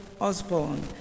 Osborne